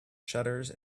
shutters